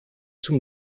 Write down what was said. zum